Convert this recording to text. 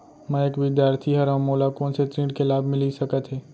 मैं एक विद्यार्थी हरव, मोला कोन से ऋण के लाभ मिलिस सकत हे?